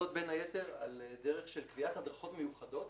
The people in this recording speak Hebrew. זאת בין היתר על דרך של קביעת הדרכות מיוחדות